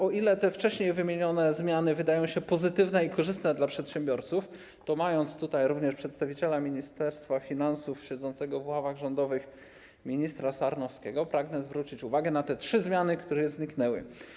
O ile te wcześniej wymienione zmiany wydają się pozytywne i korzystne dla przedsiębiorców, to korzystając z obecności przedstawiciela Ministerstwa Finansów siedzącego w ławach rządowych, ministra Sarnowskiego, pragnę zwrócić uwagę na te trzy zmiany, które zniknęły.